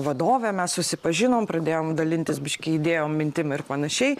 vadove mes susipažinom pradėjom dalintis biškį idėjom mintim ir panašiai